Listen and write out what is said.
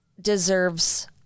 deserves